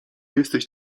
jesteś